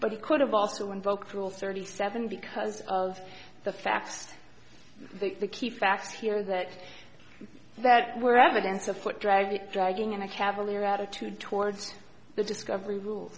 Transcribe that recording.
but he could have also invoked rule thirty seven because of the facts the key facts here that that were evidence of foot dragging dragging and a cavalier attitude towards the discovery